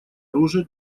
оружия